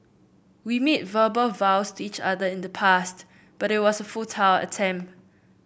we made verbal vows to each other in the past but it was a attempt